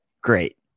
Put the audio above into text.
great